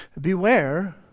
Beware